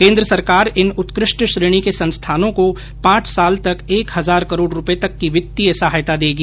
केन्द्र सरकार इन उत्कृष्ट श्रेणी के संस्थानों को पांच साल तक एक हजार करोड़ रूपये तक की वित्तीय सहायता देगी